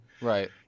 Right